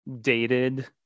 dated